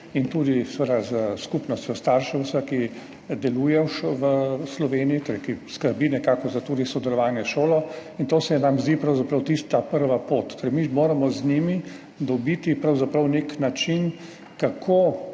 in tudi s skupnostjo staršev, ki deluje v Sloveniji, torej ki skrbi za sodelovanje s šolo, in to se nam zdi pravzaprav tista prva pot. Ker mi moramo z njimi odkriti pravzaprav nek način, kako